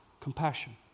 Compassion